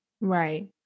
Right